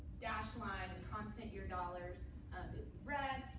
dash line, and constant year dollars is red.